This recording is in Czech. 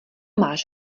máš